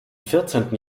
vierzehnten